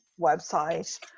website